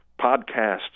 podcasts